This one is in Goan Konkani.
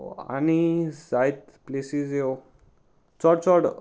आनी जायत प्लेसीस ह्यो चड चड